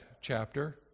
chapter